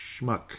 schmuck